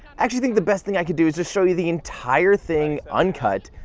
actually think the best thing i can do is just show you the entire thing, un-cut,